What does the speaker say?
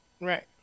right